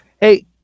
Hey